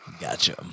Gotcha